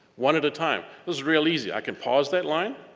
one at a time. it was real easy. i can pause that line,